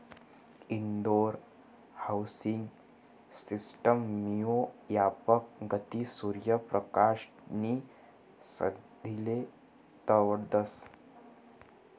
Indore housing system मुये यापक गती, सूर्य परकाश नी संधीले दवडतस